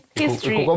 history